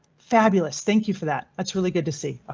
fabulous thank you for that. that's really good to see. ah